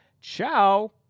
Ciao